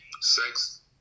Sex